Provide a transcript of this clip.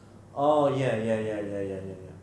oh ya ya ya ya ya